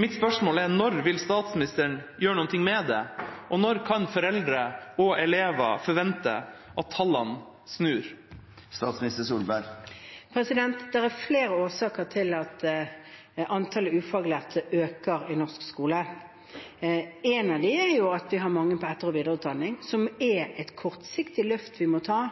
Mitt spørsmål er: Når vil statsministeren gjøre noe med det, og når kan foreldre og elever forvente at tallene snur? Det er flere årsaker til at antallet ufaglærte øker i norsk skole. Én av dem er at vi har mange på etter- og videreutdanning, som er et kortsiktig løft vi må ta